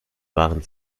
waren